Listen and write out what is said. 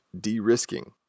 de-risking